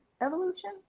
Evolution